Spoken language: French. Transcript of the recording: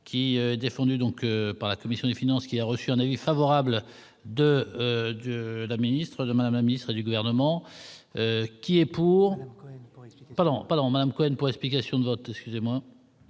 qui est défendue donc par la commission des finances, qui a reçu un avis favorable de de la ministre de Madame la ministre du gouvernement qui est pour, pas l'même Cohen pour explication de vote excusez-moi.